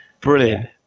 Brilliant